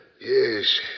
Yes